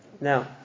Now